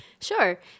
Sure